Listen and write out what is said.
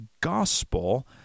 gospel